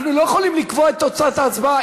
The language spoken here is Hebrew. אנחנו לא יכולים לקבוע את תוצאת ההצבעה.